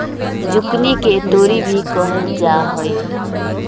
zucchini के तोरी भी कहल जाहई